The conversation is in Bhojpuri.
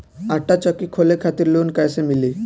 आटा चक्की खोले खातिर लोन कैसे मिली?